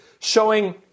showing